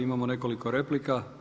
Imamo nekoliko replika.